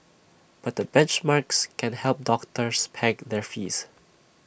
but benchmarks can help doctors peg their fees